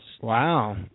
Wow